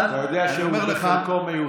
אבל אני אומר לך, אתה יודע שהוא בחלקו מיושם.